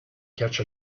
catch